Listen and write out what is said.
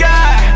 God